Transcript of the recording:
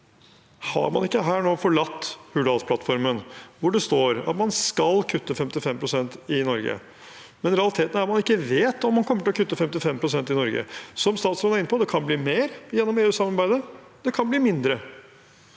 Har man ikke nå forlatt Hurdalsplattformen, hvor det står at man skal kutte 55 pst. i Norge? Realiteten er at man ikke vet om man kommer til å kutte 55 pst. i Norge. Som statsråden er inne på, kan det bli mer gjennom EUsamarbeidet, og det kan bli mindre.